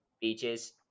Beaches